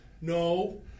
no